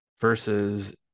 versus